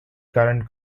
current